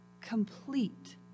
complete